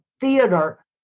theater